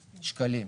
שקלים.